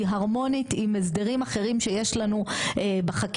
הרמונית עם הסדרים אחרים שיש לנו בחקיקה,